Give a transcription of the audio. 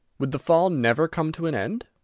would the fall never come to an end?